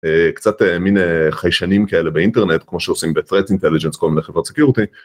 קצת מין חיישנים כאלה באינטרנט כמו שעושים בפרנדס אינטליג'נס כל מיני חברות סיקיורוטי.